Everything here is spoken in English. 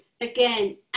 again